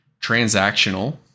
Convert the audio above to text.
transactional